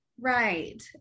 Right